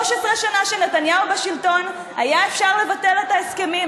13 שנה שנתניהו בשלטון, היה אפשר לבטל את ההסכמים.